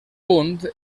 punt